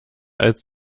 als